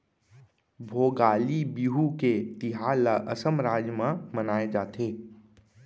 भोगाली बिहू के तिहार ल असम राज म मनाए जाथे